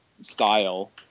style